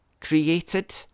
created